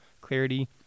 clarity